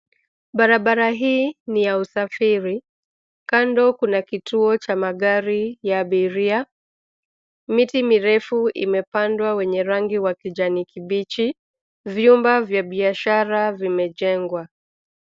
Barabara hii ni ya usafiri, kando kuna kituo cha magari ya abiria, miti mirefu imepandwa wenye rangi wa kijani kibichi, vyumba vya biashara vimejengwa.